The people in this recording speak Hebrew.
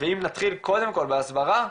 ואם נתחיל קודם כל בהסברה,